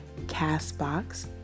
CastBox